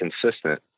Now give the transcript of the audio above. consistent